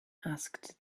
asked